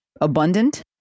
Abundant